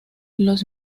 los